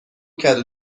کدو